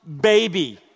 baby